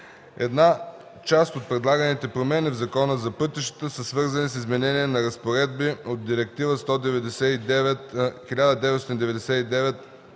Една част от предлаганите промени в Закона за пътищата са свързани с измененията на разпоредби от Директива 1999/62/ЕО,